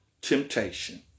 temptation